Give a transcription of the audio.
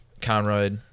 Conroy